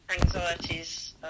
anxieties